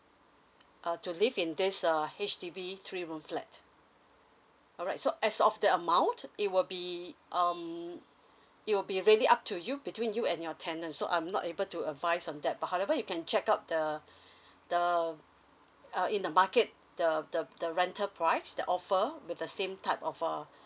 uh to live in this uh H_D_B three room flat alright so as of the amount it will be um it will be really up to you between you and your tenant so I'm not able to advise on that however you can check out the the uh in the market the the rental price the offer with the same type of uh